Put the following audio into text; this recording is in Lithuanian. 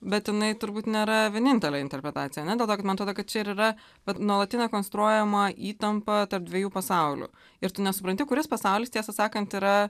bet jinai turbūt nėra vienintelė interpretacija ane todėl kad man atrodo kad čia ir yra vat nuolatinė konstruojama įtampa tarp dviejų pasaulių ir tu nesupranti kuris pasaulis tiesą sakant yra